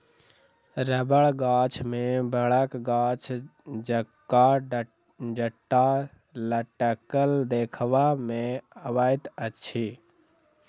रबड़ गाछ मे बड़क गाछ जकाँ जटा लटकल देखबा मे अबैत अछि